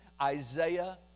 Isaiah